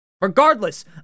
Regardless